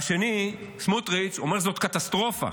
והשני, סמוטריץ', אומר: זאת קטסטרופה,